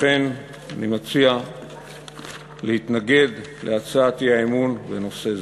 לכן אני מציע להתנגד להצעת האי-אמון בנושא זה.